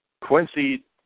Quincy